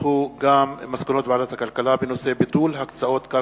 איתן כבל וניצן הורוביץ, הצעת חוק